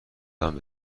داد